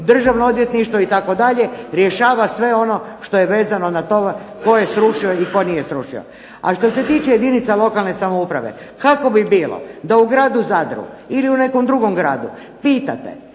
državno odvjetništvo itd. rješava sve ono što je vezano na to tko je srušio ili tko nije srušio. A što se tiče jedinica lokalne samouprave kako bi bilo da u gradu Zadru ili u nekom drugom gradu pitate